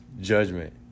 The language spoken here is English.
judgment